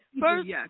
First